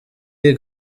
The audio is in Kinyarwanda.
iyi